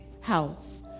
house